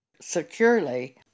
securely